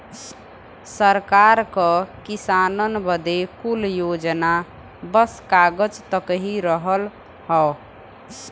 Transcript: सरकार क किसानन बदे कुल योजना बस कागज तक ही रहल हौ